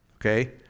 Okay